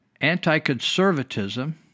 anti-conservatism